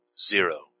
zero